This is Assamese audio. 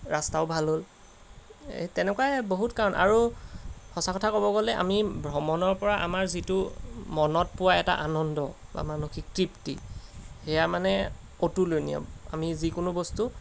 ৰাস্তাও ভাল হ'ল এই তেনেকুৱাই বহুত কাৰণ আৰু সঁচা কথা ক'ব গ'লে আমি ভ্ৰমণৰপৰা আমাৰ যিটো মনত পোৱা এটা আনন্দ বা মানসিক তৃপ্তি সেয়া মানে অতুলনীয় আমি যিকোনো বস্তু